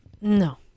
No